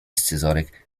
scyzoryk